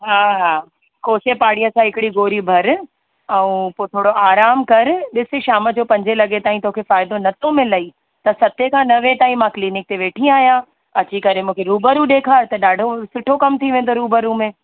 हा हा कोसे पाणीअ सां हिकिड़ी गोरी भर ऐं पोइ थोरो आराम कर ॾिस शाम जो पंजे लॻे ताईं तोखे फ़ाइदो नथो मिलई त सतें खां नवें ताईं मां क्लीनिक ते वेठी आहियां अची करे मूंखे रुबरू ॾेखार त ॾाढो सुठो कमु थी वेंदो रूबरू में